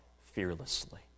fearlessly